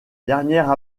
dernière